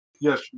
Yes